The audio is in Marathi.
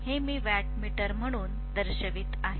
हे मी वॅटमीटर म्हणून दाखवित आहे